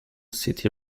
city